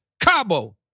Cabo